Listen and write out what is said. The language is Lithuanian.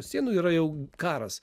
sienų yra jau karas